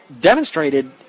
demonstrated